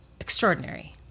Extraordinary